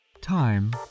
Time